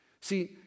See